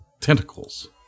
tentacles